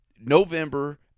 November